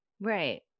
right